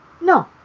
No